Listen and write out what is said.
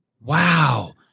Wow